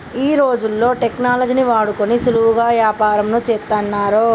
ఈ రోజుల్లో టెక్నాలజీని వాడుకొని సులువుగా యాపారంను చేత్తన్నారు